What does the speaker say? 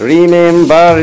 Remember